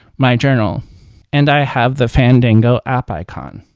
my journal and i have the fandango app icon.